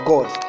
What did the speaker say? God